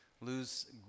lose